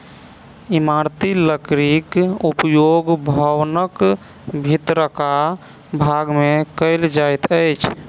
इमारती लकड़ीक उपयोग भवनक भीतरका भाग मे कयल जाइत अछि